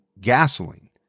gasoline